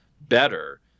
better